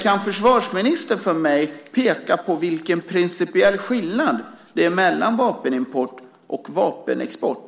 Kan försvarsministern förklara för mig vilken principiell skillnad det är mellan vapenimport och vapenexport?